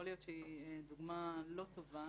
יכול להיות שזאת דוגמה לא טובה,